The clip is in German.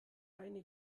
keine